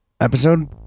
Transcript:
episode